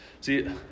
See